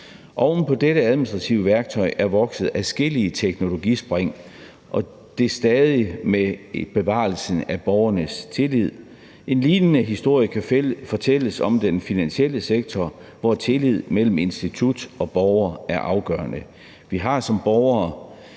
Oven på dette administrative værktøj er vokset adskillige teknologispring og stadig med bevarelsen af borgernes tillid. En lignende historie kan fortælles om den finansielle sektor, hvor tillid mellem institut og borger er afgørende. Vi har som borgere